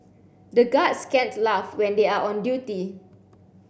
the guards can't laugh when they are on duty